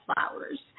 flowers